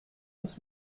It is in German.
was